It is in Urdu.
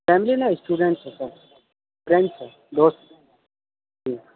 فیملی نہیں اسٹوڈنٹ ہیں سر فرینڈس ہے دوست